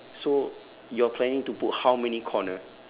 so you're planning to put how many corner